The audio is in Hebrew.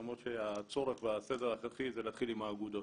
למרות שהצורך והסדר ההכרחי זה להתחיל עם האגודות.